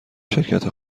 شرکت